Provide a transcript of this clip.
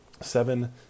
seven